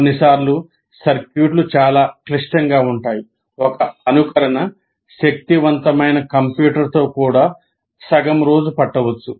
కొన్నిసార్లు సర్క్యూట్లు చాలా క్లిష్టంగా ఉంటాయి ఒక అనుకరణ శక్తివంతమైన కంప్యూటర్తో కూడా సగం రోజు పట్టవచ్చు